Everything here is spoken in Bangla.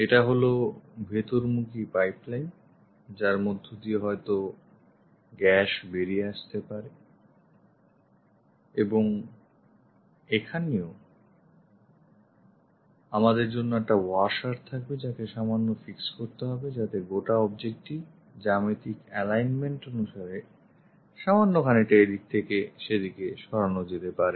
এটা হলো ভেতরমুখী পাইপলাইন যার মধ্য দিয়ে হয়ত gas বেরিয়ে আসতে পারে এবং এখানেও আমাদের জন্য একটা washer থাকবে যাকে সামান্য fix করতে হবে যাতে গোটা object টি জ্যামিতিক alignment অনুসারে সামান্য খানিকটা এদিক থেকে সেদিকে সরানো যেতে পারে